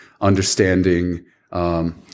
understanding